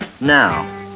Now